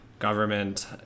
government